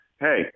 Hey